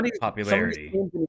popularity